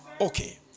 Okay